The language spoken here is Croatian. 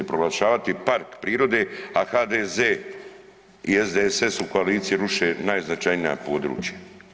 Proglašavati park prirode, a HDZ i SDSS u koaliciji ruše najznačajnija područja.